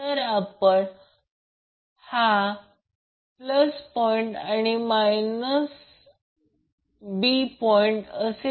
तर phase voltage हे line voltage √3 magnitude ZY असेल